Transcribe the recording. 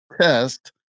test